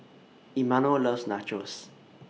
Emanuel loves Nachos